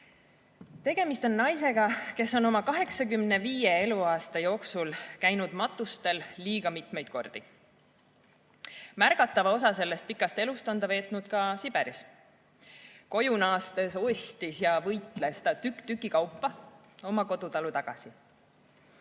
Tegemist on naisega, kes on oma 85 eluaasta jooksul käinud matustel liiga palju kordi. Märgatava osa sellest pikast elust on ta veetnud ka Siberis. Koju naastes ostis ja võitles ta tüki kaupa oma kodutalu tagasi.